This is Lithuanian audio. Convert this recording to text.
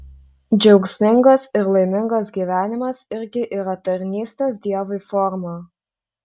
džiaugsmingas ir laimingas gyvenimas irgi yra tarnystės dievui forma